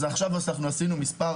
לכן, עשינו עכשיו מספר